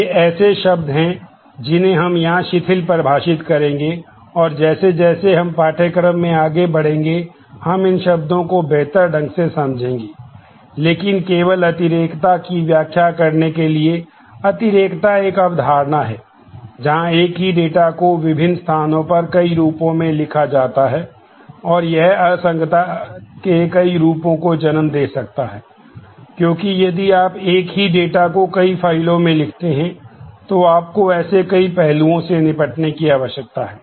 ये ऐसे शब्द हैं जिन्हें हम यहां शिथिल परिभाषित करेंगे और जैसे जैसे हम पाठ्यक्रम में आगे बढ़ेंगे हम इन शब्दों को बेहतर ढंग से समझेंगे लेकिन केवल अतिरेकता की व्याख्या करने के लिए अतिरेकता एक अवधारणा है जहां एक ही डेटा को कई फाइलों में लिखते हैं तो आपको ऐसे कई पहलुओं से निपटने की आवश्यकता है